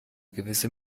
gewisse